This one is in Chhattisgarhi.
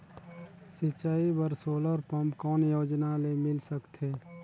सिंचाई बर सोलर पम्प कौन योजना ले मिल सकथे?